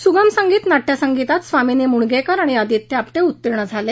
सुगम संगीत नाट्य संगीतात स्वामिनी मुणगेकर आणि आदित्य आपटे उत्तीर्ण झाले